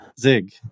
Zig